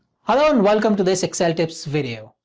hello and welcome to this excel tips video.